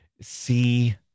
see